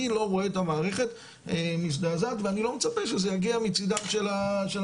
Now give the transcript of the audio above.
אני לא רואה את המערכת מזדעזעת ואני לא מצפה שזה יגיע מצדם של המפקדים.